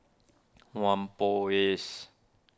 Whampoa East